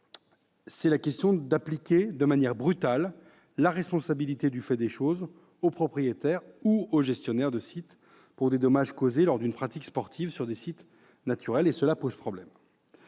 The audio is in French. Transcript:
orateurs : appliquer de manière brutale la responsabilité du fait des choses au propriétaire ou au gestionnaire de sites pour des dommages causés lors d'une pratique sportive sur des sites naturels pose problème.